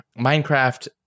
Minecraft